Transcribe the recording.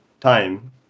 time